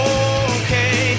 okay